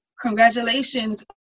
congratulations